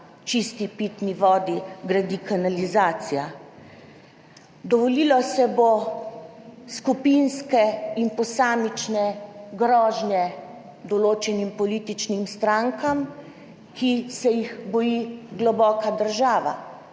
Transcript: čisti pitni vodi gradi kanalizacija. Dovolilo se bo skupinske in posamične grožnje določenim političnim strankam, ki se jih boji globoka država.